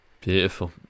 Beautiful